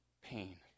pain